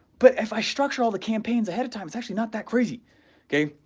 but if i structure all the campaigns ahead of time it's actually not that crazy okay?